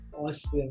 Awesome